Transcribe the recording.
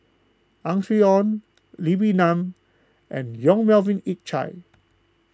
Ang Swee Aun Lee Wee Nam and Yong Melvin Yik Chye